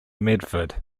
medford